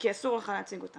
כי אסור לך להציג אותה.